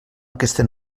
aquesta